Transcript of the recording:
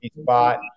spot